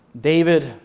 David